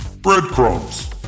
Breadcrumbs